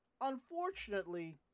Unfortunately